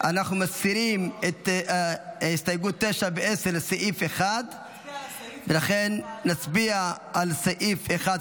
מסירים את הסתייגויות 9 10 לסעיף 1. לכן נצביע על סעיף 1,